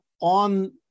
On